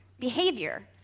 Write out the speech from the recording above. behavior,